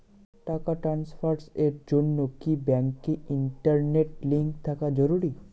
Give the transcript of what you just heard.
টাকা ট্রানস্ফারস এর জন্য কি ব্যাংকে ইন্টারনেট লিংঙ্ক থাকা জরুরি?